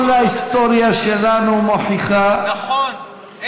כל ההיסטוריה שלנו מוכיחה נכון,